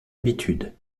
habitudes